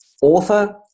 author